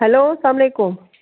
hello سلام علیکُم